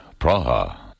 Praha